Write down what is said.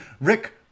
Rick